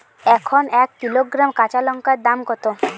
এখন এক কিলোগ্রাম কাঁচা লঙ্কার দাম কত?